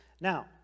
Now